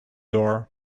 door